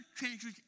changes